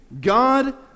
God